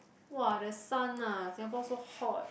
!wah! the sun ah Singapore so hot